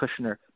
Kushner